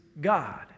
God